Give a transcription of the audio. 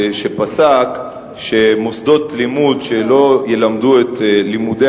שפסק שמוסדות לימוד שלא ילמדו את לימודי